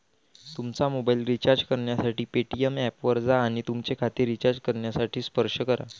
तुमचा mobile recharge करण्यासाठी Paytm ऐपवर जा आणि तुमचे खाते रिचार्ज करण्यासाठी स्पर्श करा